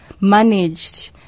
managed –